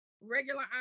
regular